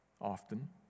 often